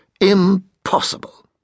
Impossible